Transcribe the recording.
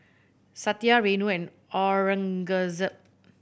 Satya Renu and Aurangzeb